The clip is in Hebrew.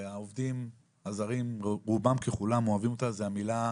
שהעובדים הזרים רובם ככולם אוהבים אותה, זה המילה